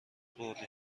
بردیم